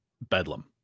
bedlam